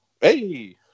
Hey